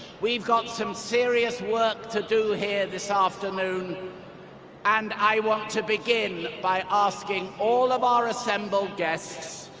we've got some serious work to do here this afternoon and i want to begin by asking all of our assemble guests,